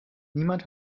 niemand